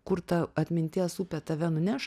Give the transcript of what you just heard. kur ta atminties upė tave nuneš